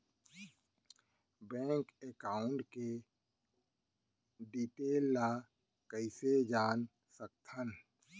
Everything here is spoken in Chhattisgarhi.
बैंक एकाउंट के डिटेल ल कइसे जान सकथन?